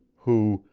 who,